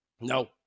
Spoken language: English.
No